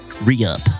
re-up